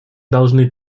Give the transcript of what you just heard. должны